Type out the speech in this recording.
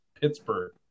Pittsburgh